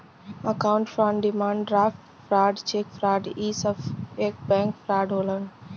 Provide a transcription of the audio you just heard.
account fraud demand draft fraud cheque fraud इ सब bank fraud होलन